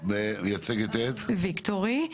ואני מייצגת את "ויקטורי".